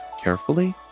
carefully